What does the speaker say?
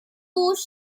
都市